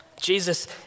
Jesus